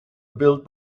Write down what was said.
built